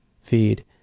feed